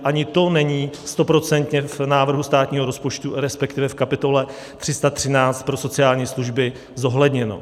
Ani to není stoprocentně v návrhu státního rozpočtu, respektive v kapitole 313, pro sociální služby zohledněno.